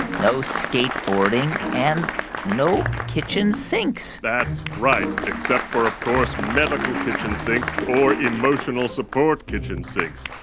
no skateboarding and no kitchen sinks that's right. except for, of course, medical kitchen sinks or emotional support kitchen sinks.